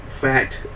fact